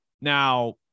now